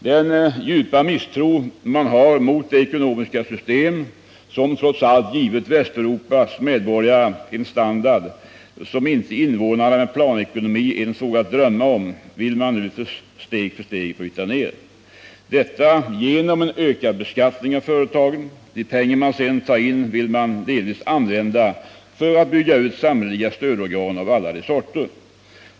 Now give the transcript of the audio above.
Man har djup misstro gentemot det ekonomiska system som trots allt givit Västeuropas medborgare en standard, som inte invånarna i länder med planekonomi ens vågat drömma om, och vill nu steg för steg bryta ned det. Detta sker genom en ökad beskattning av företagen. De pengar som man sedan tar in vill man delvis använda för att bygga ut samhälleliga stödorgan av alla de sorter.